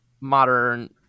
modern